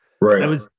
Right